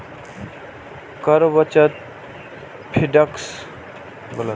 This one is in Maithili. कर बचत फिस्क्ड डिपोजिट पांच सं दस साल तक लेल कराएल जा सकैए